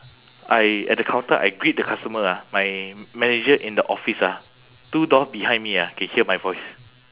I at the counter I greet the customer ah my manager in the office ah two door behind me ah can hear my voice